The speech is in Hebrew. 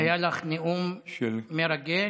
היה לך נאום מרגש.